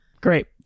great